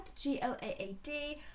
g-l-a-a-d